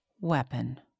weapon